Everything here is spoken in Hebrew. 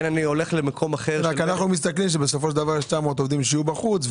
אנחנו מסתכלים על זה כך שבסופו של דבר 900 עובדים יהיו בחוץ.